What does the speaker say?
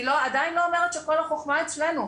אני עדיין לא אומרת שכל החוכמה אצלנו.